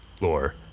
Lore